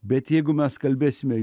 bet jeigu mes kalbėsime